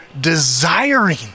desiring